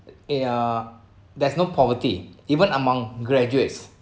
in uh there's no poverty even among graduates